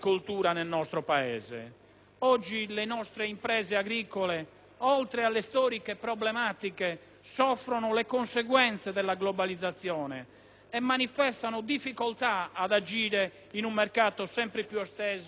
Oggi le nostre imprese agricole, oltre alle storiche problematiche, soffrono le conseguenze della globalizzazione e manifestano difficoltà ad agire in un mercato sempre più esteso e concorrenziale.